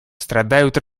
страдают